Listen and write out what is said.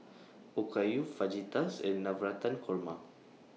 Okayu Fajitas and Navratan Korma